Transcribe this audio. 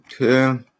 Okay